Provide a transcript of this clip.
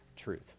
Truth